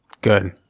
Good